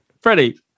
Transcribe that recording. Freddie